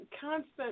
constant